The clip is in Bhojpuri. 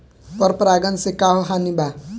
पर परागण से का हानि बा?